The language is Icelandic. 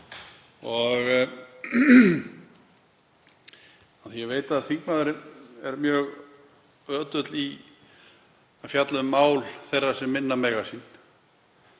því að ég veit að þingmaðurinn er mjög ötull í að fjalla um mál þeirra sem minna mega sín,